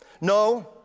No